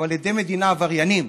אבל עדי מדינה עבריינים,